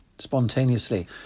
Spontaneously